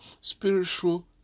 spiritual